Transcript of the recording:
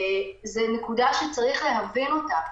זו נקודה שצריך להבין אותה.